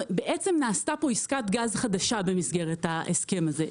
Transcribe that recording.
בעצם נעשתה פה עסקת גז חדשה במסגרת ההסכם הזה,